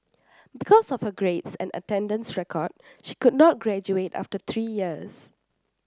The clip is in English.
because of her grades and attendance record she could not graduate after three years